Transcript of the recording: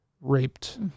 raped